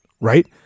right